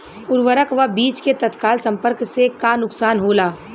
उर्वरक व बीज के तत्काल संपर्क से का नुकसान होला?